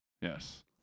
yes